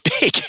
big